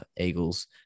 Eagles